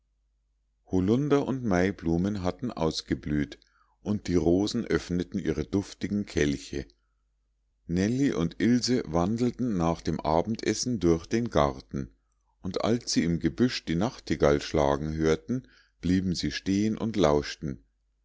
holunder und maiblumen hatten ausgeblüht und die rosen öffneten ihre duftigen kelche nellie und ilse wandelten nach dem abendessen durch den garten und als sie im gebüsch die nachtigall schlagen hörten blieben sie stehen und lauschten